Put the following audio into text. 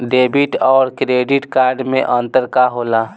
Debit और credit card मे अंतर का होला?